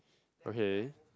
ok